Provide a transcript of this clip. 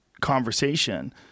conversation